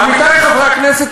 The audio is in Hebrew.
עמיתי חברי הכנסת,